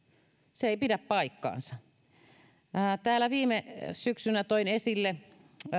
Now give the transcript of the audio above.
se ei pidä paikkaansa viime syksynä toin esille